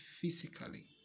physically